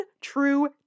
true